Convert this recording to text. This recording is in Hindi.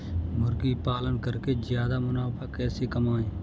मुर्गी पालन करके ज्यादा मुनाफा कैसे कमाएँ?